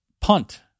punt